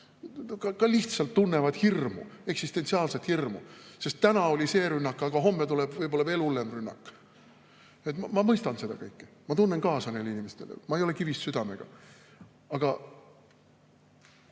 lihtsalt tunnevad hirmu, eksistentsiaalset hirmu, sest täna oli selline rünnak, aga homme tuleb võib‑olla veel hullem rünnak. Ma mõistan seda, ma tunnen kaasa nendele inimestele. Ma ei ole kivist südamega. Aga